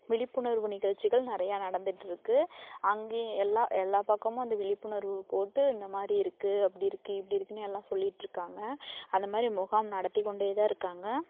விழிப்புணர்வு நிகழ்ச்சிகள் நிறையா நடந்துகிட்ருக்கு அங்கேயும் எல்லா எல்லா பக்கமும் இந்த விழிப்புணர்வு போட்டு இந்த மாதிரி இருக்குது அப்படி இருக்குது இப்படி இருக்குதுன்னு எல்லா சொல்லிட்டிருக்காங்க அந்த மாதிரி முகாம் நடத்திக்கொண்டே தான் இருக்காங்க